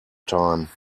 time